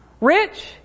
rich